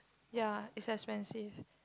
ya is expensive